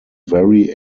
very